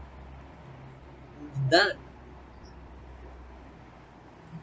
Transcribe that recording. it's done